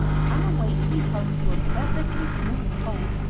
can a weight be hung to a perfectly smooth pole,